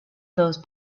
those